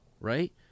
right